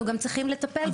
אנחנו גם צריכים לטפל בזה.